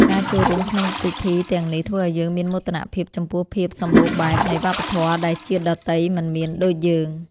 ការចូលរួមក្នុងពិធីទាំងនេះធ្វើឱ្យយើងមានមោទនភាពចំពោះភាពសម្បូរបែបនៃវប្បធម៌ដែលជាតិដទៃមិនមានដូចយើង។